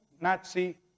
Nazi